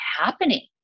happening